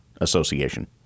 Association